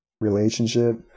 relationship